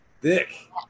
Dick